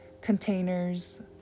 containers